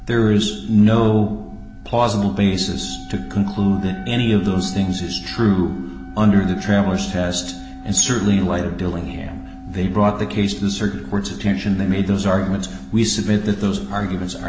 there is no plausible basis to conclude that any of those things is true under the trailers test and certainly in light of dillingham they brought the case to the circuit court's attention they made those arguments we submit that those arguments are